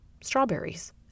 strawberries